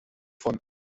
von